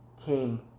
came